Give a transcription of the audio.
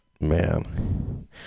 Man